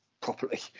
properly